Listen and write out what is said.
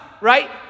right